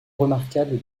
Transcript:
remarquable